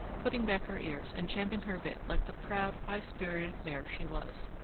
putting back her ears and champing her bit like the proud, high-spirited mare she was.